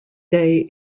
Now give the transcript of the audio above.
day